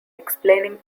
explaining